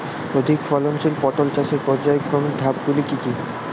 অধিক ফলনশীল পটল চাষের পর্যায়ক্রমিক ধাপগুলি কি কি?